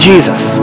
Jesus